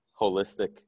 holistic